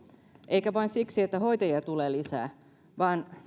eikä vain siksi että hoitajia tulee lisää vaan